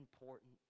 important